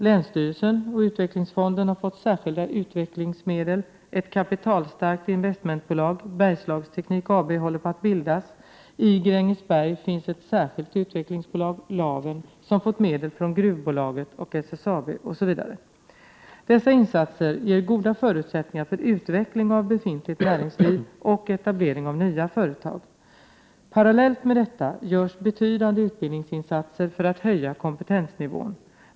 Länsstyrelsen och utvecklingsfonden har fått särskilda utvecklingsmedel, ett kapitalstarkt investmentbolag — Bergslagsteknik AB — håller på att bildas, i Grängesberg finns ett särskilt utvecklingsbolag — Laven — som fått medel från Gruvbolaget och SSAB, osv. Dessa insatser ger goda förutsättningar för utveckling av befintligt näringsliv och etablering av nya företag. Parallellt med detta görs betydande utbildningsinsatser för att höja kompetensnivån.